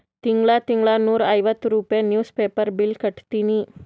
ತಿಂಗಳಾ ತಿಂಗಳಾ ನೂರಾ ಐವತ್ತ ರೂಪೆ ನಿವ್ಸ್ ಪೇಪರ್ ಬಿಲ್ ಕಟ್ಟತ್ತಿನಿ